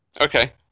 Okay